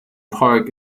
park